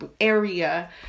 area